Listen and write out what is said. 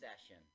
session